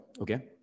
Okay